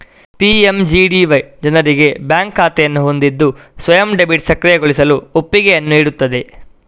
PMGDY ಜನರಿಗೆ bank ಖಾತೆಯನ್ನು ಹೊಂದಿದ್ದು ಸ್ವಯಂ ಡೆಬಿಟ್ ಸಕ್ರಿಯಗೊಳಿಸಲು ಒಪ್ಪಿಗೆಯನ್ನು ನೀಡುತ್ತದೆ